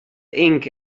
ink